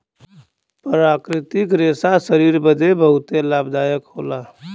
प्राकृतिक रेशा शरीर बदे बहुते लाभदायक होला